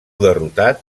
derrotat